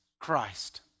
Christ